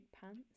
pants